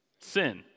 Sin